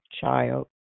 child